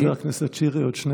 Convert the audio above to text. חבר הכנסת שירי, עוד שני משפטים.